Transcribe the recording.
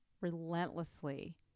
relentlessly